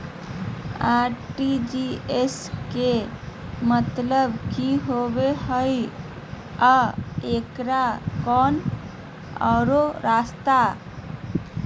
RTGS बा के मतलब कि होबे हय आ एकर कोनो और रस्ता?